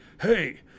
hey